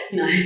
no